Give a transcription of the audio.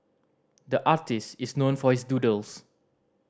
the artist is known for his doodles